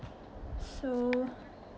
so